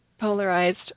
polarized